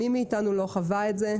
מי מאיתנו לא חווה את זה.